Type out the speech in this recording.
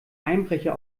einbrecher